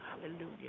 Hallelujah